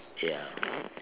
ya